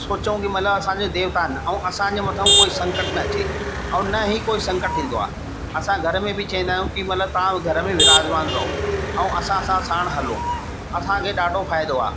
सोचऊं की मतिलबु असांजा देवता आहिनि ऐं असांजे मथां कोई संकट न अचे ऐं न ई कोई संकट ईंदो आहे असां घर में बि चवंदा आहियूं की मतिलबि तव्हां घर में विराजमान रहो ऐं असां सां साणु हलो असांखे ॾाढो फ़ाइदो आहे